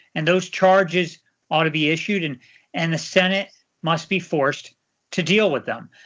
and those charges ought to be issued. and and the senate must be forced to deal with them.